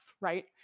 right